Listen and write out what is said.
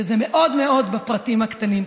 וזה מאוד מאוד בפרטים הקטנים.